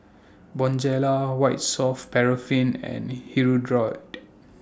Bonjela White Soft Paraffin and Hirudoid